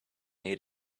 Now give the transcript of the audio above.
need